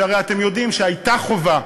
שהרי אתם יודעים שהייתה חובה,